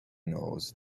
knows